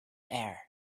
air